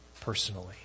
personally